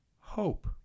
Hope